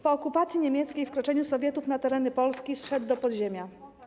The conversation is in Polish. Po okupacji niemieckiej i wkroczeniu Sowietów na tereny Polski zszedł do podziemia.